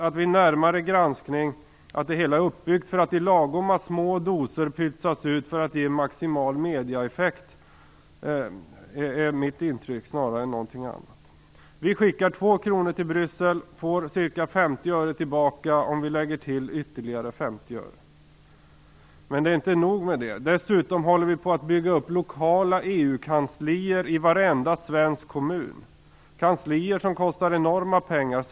En närmare granskning visar att det hela är uppbyggt för att lagom små doser pytsas ut för att ge maximal medieeffekt. Det är mitt intryck snarare än någonting annat. Vi skickar 2 kronor till Bryssel och får ca 50 öre tillbaka, om vi lägger till ytterligare 50 öre. Men det är inte nog med det. Dessutom håller man på att bygga upp lokala EU-kanslier i varenda svensk kommun, kanslier som sammantaget kostar enorma pengar.